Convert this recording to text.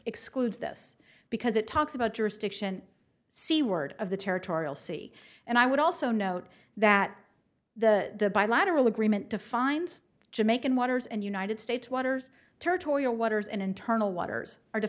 excludes this because it talks about jurisdiction seaward of the territorial sea and i would also note that the bilateral agreement defines jamaican waters and united states waters territorial waters and internal waters